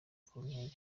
koruneli